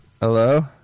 Hello